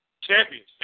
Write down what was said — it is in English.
Champions